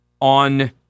on